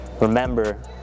Remember